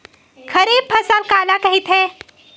खरीफ फसल काला कहिथे?